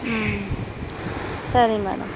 ம் சரி மேடம்